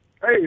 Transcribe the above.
Hey